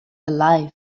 alive